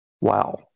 Wow